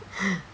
!huh!